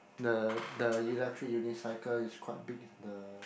the the electric unicycle is quite big the